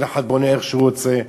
כל אחד בונה איך שהוא רוצה,